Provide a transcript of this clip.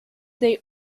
they